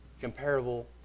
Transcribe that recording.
comparable